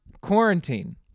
quarantine